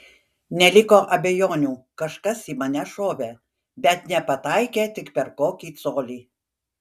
neliko abejonių kažkas į mane šovė bet nepataikė tik per kokį colį